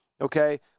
Okay